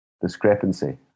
discrepancy